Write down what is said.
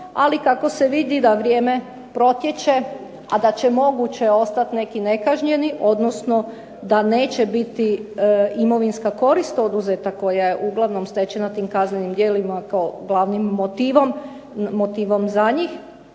ali kako se vidi da vrijeme protječe, a da će moguće ostat neki nekažnjeni odnosno da neće biti imovinska korist oduzeta koja je uglavnom stečena tim kaznenim djelima kao glavnim motivom za njih